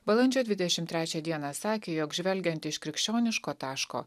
balandžio dvidešim trečią dieną sakė jog žvelgiant iš krikščioniško taško